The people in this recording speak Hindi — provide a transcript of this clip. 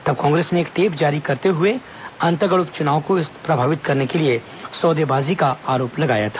तब कांग्रेस ने एक टेप जारी करते हुए अंतागढ़ उपचुनाव को प्रभावित करने के लिए सौदेबाजी का आरोप लगाया था